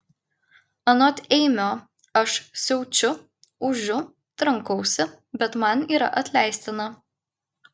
anot eimio aš siaučiu ūžiu trankausi bet man yra atleistina